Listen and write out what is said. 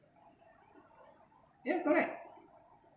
yeah correct